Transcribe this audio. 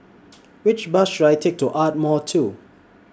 Which Bus should I Take to Ardmore two